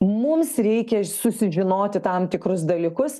mums reikia susižinoti tam tikrus dalykus